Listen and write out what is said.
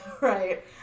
Right